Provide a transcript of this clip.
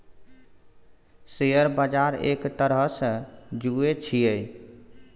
share बजार एक तरहसँ जुऐ छियै